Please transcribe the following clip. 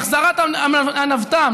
החזרת הנבת"ם,